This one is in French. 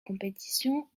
compétition